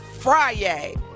friday